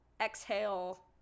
exhale